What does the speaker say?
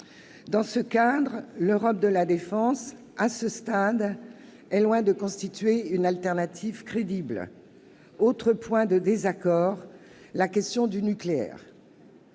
Dans ce cadre, l'Europe de la défense, à ce stade, est loin de constituer une alternative crédible. Autre point de désaccord : la question du nucléaire.